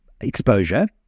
exposure